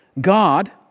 God